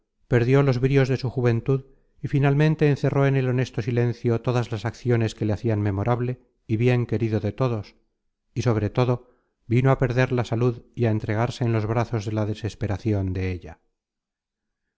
perdió los brios de su juventud y finalmente encerró en el honesto silencio todas las acciones que le hacian memorable y bien querido de todos y sobre todo vino á perder la salud y á entregarse en los brazos de la desesperacion de ella